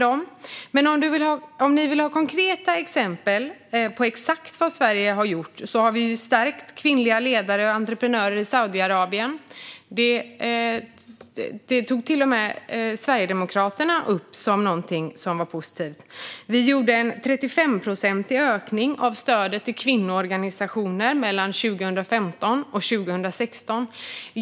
Om ni vill ha konkreta exempel på exakt vad Sverige har gjort kan jag säga att vi har stärkt kvinnliga ledare och entreprenörer i Saudiarabien. Det tog till och med Sverigedemokraterna upp som någonting som var positivt. Vi gjorde en 35-procentig ökning av stödet till kvinnoorganisationer mellan 2015 och 2016.